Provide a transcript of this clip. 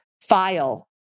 file